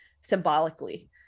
symbolically